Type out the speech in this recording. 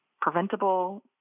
preventable